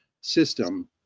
system